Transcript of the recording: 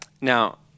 Now